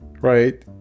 right